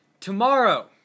Tomorrow